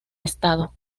estado